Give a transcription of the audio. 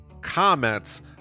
comments